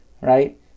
Right